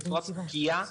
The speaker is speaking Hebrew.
בצורה פגיעה,